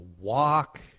walk